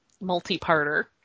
multi-parter